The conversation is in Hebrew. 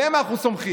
עליהם אנחנו סומכים.